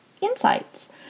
insights